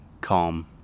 calm